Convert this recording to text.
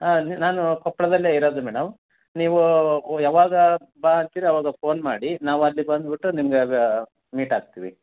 ಹಾಂ ನಾನು ಕೊಪ್ಪಳದಲ್ಲೇ ಇರೋದು ಮೇಡಮ್ ನೀವು ಯವಾಗ ಬಾ ಅಂತೀರ ಅವಾಗ ಫೋನ್ ಮಾಡಿ ನಾವು ಅಲ್ಲಿ ಬಂದ್ಬಿಟ್ಟು ನಿಮಗೆ ಅದು ಮೀಟ್ ಆಗ್ತೀವಿ